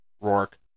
Rourke